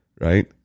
right